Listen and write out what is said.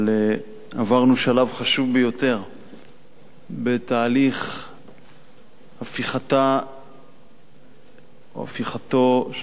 אבל עברנו שלב חשוב ביותר בתהליך הפיכתה או הפיכתו של